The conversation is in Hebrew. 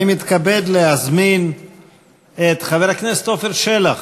אני מתכבד להזמין את חבר הכנסת עפר שלח,